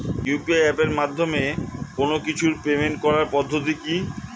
UPI এপের মাধ্যমে কোন কিছুর পেমেন্ট করার পদ্ধতি কি?